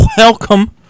welcome